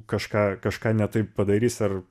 kažką kažką ne taip padarys ar